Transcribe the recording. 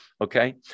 Okay